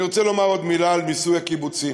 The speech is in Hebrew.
אני רוצה לומר עוד מילה על מיסוי הקיבוצים.